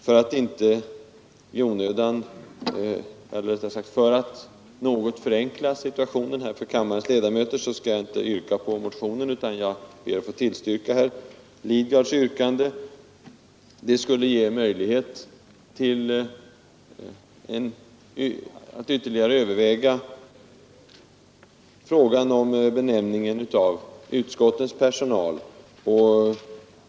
För att förenkla situationen för kammarens ledamöter skall jag inte yrka bifall till vår motion, utan jag ber att få tillstyrka herr Lidgards yrkande. Det ger möjlighet att ytterligare överväga frågan om tjänstebenämningen för utskottens personal.